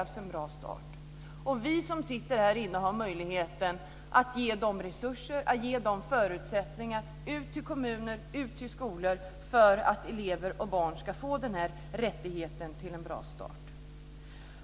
Vi som sitter i denna kammare har möjlighet att ge kommuner och skolor resurser, förutsättningar, för att elever, barn, ska få denna rätt till en bra start.